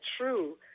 true